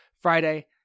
Friday